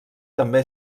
també